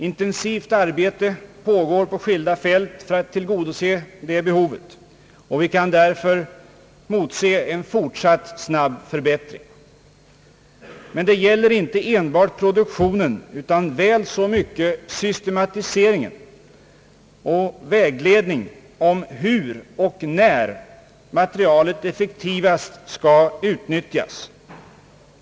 Intensivt arbete pågår på skilda fält för att tillgodose det behovet, och vi kan därför motse en fortsatt snabb förbättring. Men det gäller inte enbart produktionen utan väl så mycket systematiseringen och vägledningen om hur och när materialet effektivast skall utnyttjas.